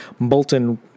Bolton